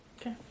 Okay